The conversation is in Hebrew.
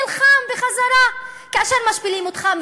נלחם בחזרה כאשר משפילים אותך,